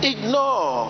Ignore